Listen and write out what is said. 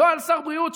לא על שר הבריאות,